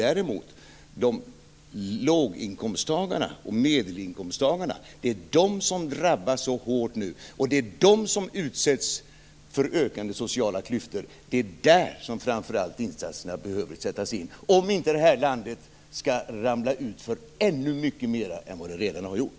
Däremot är det låginkomsttagarna och medelinkomsttagarna som drabbas hårt nu, och det är de som utsätts för ökande sociala klyftor. Det är där som insatserna framför allt behöver sättas in, om det här landet inte skall ramla utför ännu mycket mer än vad det redan har gjort.